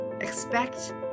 Expect